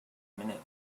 minute